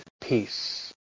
peace